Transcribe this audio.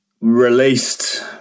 Released